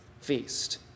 feast